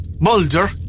Mulder